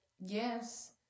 yes